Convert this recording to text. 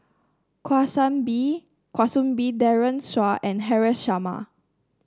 Kwa Soon Bee Daren Shiau and Haresh Sharma